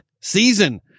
season